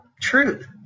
truth